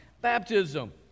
baptism